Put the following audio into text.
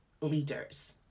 leaders